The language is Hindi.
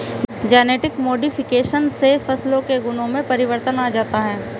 जेनेटिक मोडिफिकेशन से फसलों के गुणों में परिवर्तन आ जाता है